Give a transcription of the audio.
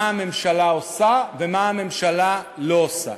מה הממשלה עושה ומה הממשלה לא עושה.